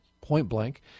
point-blank